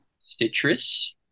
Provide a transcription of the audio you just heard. citrus